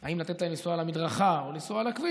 אם לתת להם לנסוע על המדרכה או לנסוע על הכביש,